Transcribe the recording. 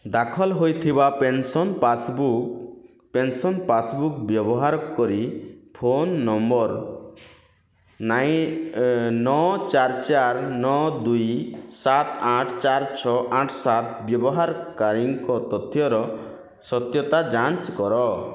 ଦାଖଲ ହୋଇଥିବା pension passbook pension passbook ବ୍ୟବହାର କରି ଫୋନ୍ ନମ୍ବର୍ ନାଇ ନଅ ଚାରି ଚାରି ନଅ ଦୁଇ ସାତ ଆଠ ଚାରି ଛଅ ଆଠ ସାତ ବ୍ୟବହାରକାରୀଙ୍କ ତଥ୍ୟର ସତ୍ୟତା ଯାଞ୍ଚ୍ କର